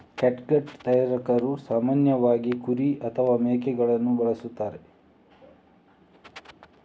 catgut ತಯಾರಕರು ಸಾಮಾನ್ಯವಾಗಿ ಕುರಿ ಅಥವಾ ಮೇಕೆಕರುಳನ್ನು ಬಳಸುತ್ತಾರೆ